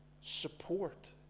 support